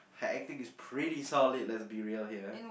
her acting is pretty solid let's be real here